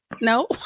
No